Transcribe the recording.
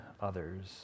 others